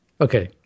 Okay